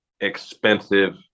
expensive